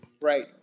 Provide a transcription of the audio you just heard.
Right